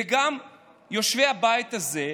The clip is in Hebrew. וגם יושבי הבית הזה,